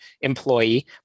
employee